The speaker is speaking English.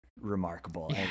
remarkable